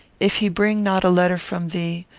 if he bring not a letter from thee,